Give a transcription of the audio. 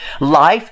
life